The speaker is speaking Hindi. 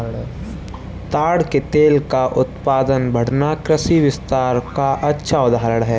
ताड़ के तेल का उत्पादन बढ़ना कृषि विस्तार का अच्छा उदाहरण है